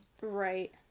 Right